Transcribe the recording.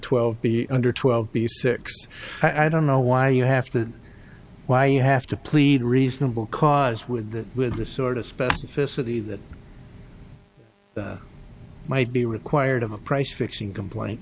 twelve b under twelve b six i don't know why you have to why you have to plead reasonable cause with that with this sort of specificity that might be required of a price fixing complain